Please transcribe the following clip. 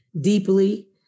deeply